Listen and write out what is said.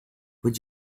would